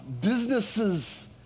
Businesses